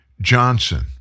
Johnson